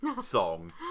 song